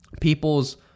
people's